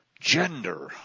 gender